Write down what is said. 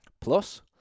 plus